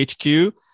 HQ